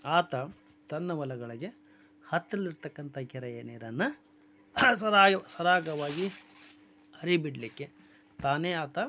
ಆತ ತನ್ನ ಹೊಲಗಳಿಗೆ ಹತ್ತಿರಲ್ಲಿ ಇರ್ತಕ್ಕಂಥ ಕೆರೆಯ ನೀರನ್ನು ಸರಾಯು ಸರಾಗವಾಗಿ ಹರಿ ಬಿಡಲಿಕ್ಕೆ ತಾನೇ ಆತ